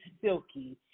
Silky